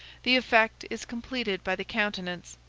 the effect is completed by the countenance,